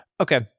Okay